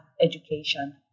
education